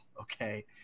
okay